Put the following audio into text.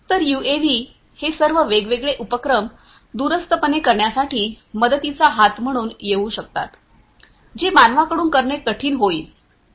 तर यूएव्ही हे सर्व वेगवेगळे उपक्रम दूरस्थपणे करण्यासाठी मदतीचा हात म्हणून येऊ शकतात जे मानवाकडून करणे कठीण होईल